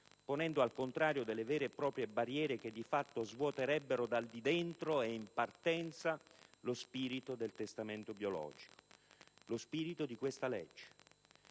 ponendo, al contrario, vere e proprie barriere che di fatto svuoterebbero dal di dentro e in partenza lo spirito del testamento biologico, lo spirito di questa legge.